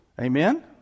Amen